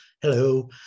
Hello